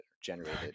generated